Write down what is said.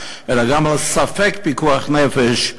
אלא גם על ספק פיקוח נפש,